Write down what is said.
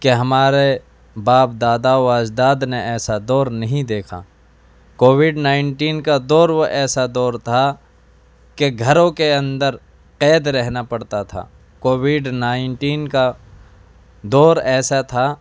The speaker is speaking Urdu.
کہ ہمارے باپ دادا و اجداد نے ایسا دور نہیں دیکھا کووڈ نائنٹین کا دور وہ ایسا دور تھا کہ گھروں کے اندر قید رہنا پڑتا تھا کووڈ نائنٹین کا دور ایسا تھا